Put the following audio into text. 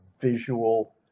visual